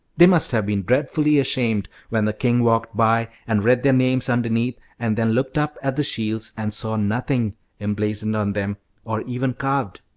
they must have been dreadfully ashamed when the king walked by and read their names underneath, and then looked up at the shields and saw nothing emblazoned on them or even carved.